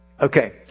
Okay